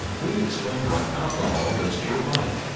we explain what alcohol does to your body.